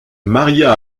maria